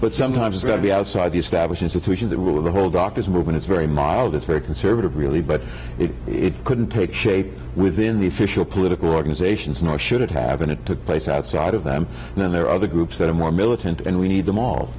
but sometimes it's got to be outside the established institutions and the whole doctors movement it's very mild it's very conservative really but it couldn't take shape within the official political organizations nor should it have been it took place outside of them and then there are other groups that are more militant and we need them all